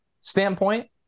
standpoint